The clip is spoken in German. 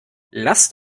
lasst